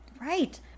right